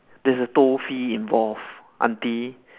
there's a toll fee involved aunty